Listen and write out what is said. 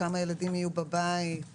כמה ילדים יהיו בבית.